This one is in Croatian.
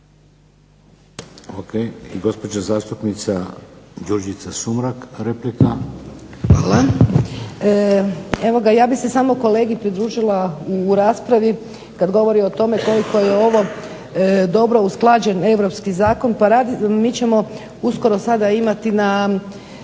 O.k. I gospođa zastupnica Đurđica Sumrak, replika. **Sumrak, Đurđica (HDZ)** Hvala. Evo ga, ja bih se samo kolegi pridružila u raspravi kad govori o tome koliko je ovo dobro usklađen europski zakon. Mi ćemo uskoro sada imati na